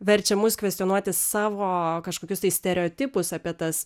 verčia mus kvestionuoti savo kažkokius tai stereotipus apie tas